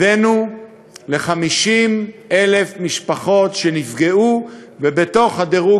הבאנו ל-50,000 משפחות שנפגעו ולפי הדירוג